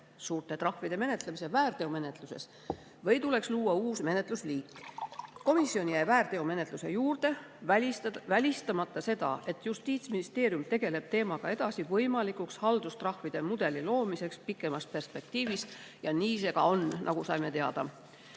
suurte trahvide menetlemise väärteomenetluses, või tuleks luua uus menetlusliik. Komisjon jäi väärteomenetluse juurde, välistamata seda, et Justiitsministeerium tegeleb teemaga edasi võimalikuks haldustrahvide mudeli loomiseks pikemas perspektiivis. Nii see ka on, nagu teada